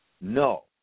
no